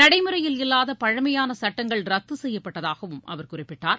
நடைமுறையில் இல்லாத பழமையான சட்டங்கள் ரத்து செய்யப்படடதாகவும் அவர் குறிப்பிட்டார்